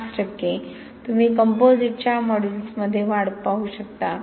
5 टक्के तुम्ही कंपोझिटच्या मॉड्यूलसमध्ये वाढ पाहू शकता